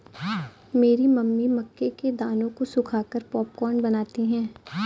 मेरी मम्मी मक्के के दानों को सुखाकर पॉपकॉर्न बनाती हैं